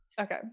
okay